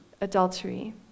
adultery